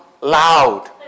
loud